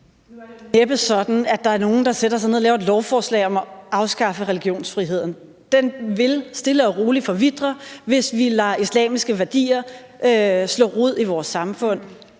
Nu er det næppe sådan, at der er nogen, der sætter sig ned og laver et lovforslag om at afskaffe religionsfriheden. Den vil stille og roligt forvitre, hvis vi lader islamiske værdier slå rod i vores samfund.